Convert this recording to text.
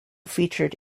featured